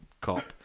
cop